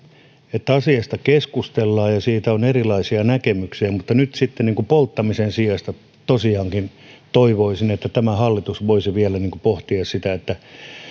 että asiasta keskustellaan ja siitä on erilaisia näkemyksiä mutta nyt sitten polttamisen sijasta tosiaankin toivoisin että tämä hallitus voisi vielä pohtia sitä että